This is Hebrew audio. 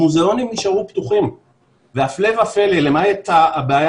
המוזיאונים נשארו פתוחים והפלא ופלא למעט הבעיה